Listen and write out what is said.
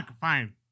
fine